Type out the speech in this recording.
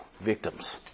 victims